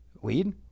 Weed